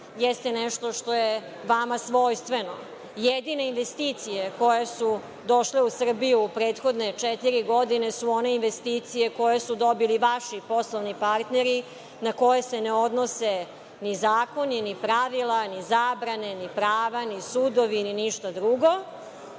jeste nešto što je vama svojstveno. Jedine investicije koje su došle u Srbiju u prethodne četiri godine su one investicije koje su dobili vaši poslovni partneri, na koje se ne odnose ni zakoni, ni pravila, ni zabrane, ni prava, ni sudovi, ni ništa drugo.